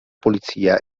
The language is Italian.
polizia